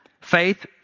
faith